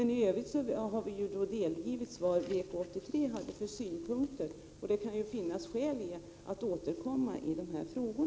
I övrigt har utskottet delgivits de synpunkter som VK 83 hade, och det kan finnas skäl att återkomma i dessa frågor.